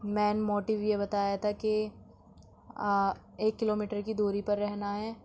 مین motto یہ بتایا تھا کہ ایک کلو میٹر کی دوری پر رہنا ہے